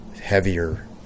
heavier